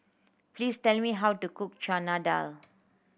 please tell me how to cook Chana Dal